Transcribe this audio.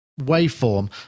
waveform